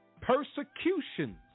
persecutions